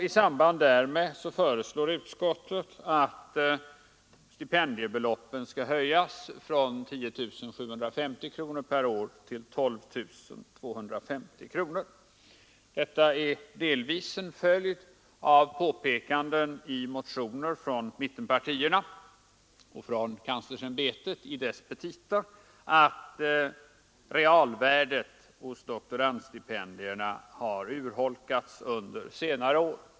I samband därmed föreslår utskottet att stipendiebeloppen skall höjas från 10 750 kronor per år till 12 250 kronor. Detta är delvis en följd av påpekanden i motioner från mittenpartierna och från kanslersämbetet i dess petita, att realvärdet hos doktorandstipendierna har urholkats under senare år.